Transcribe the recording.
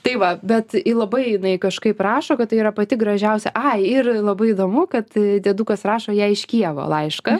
tai va bet labai jinai kažkaip rašo kad tai yra pati gražiausia ai ir labai įdomu kad diedukas rašo jai iš kijevo laišką